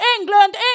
England